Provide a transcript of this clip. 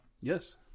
yes